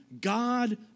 God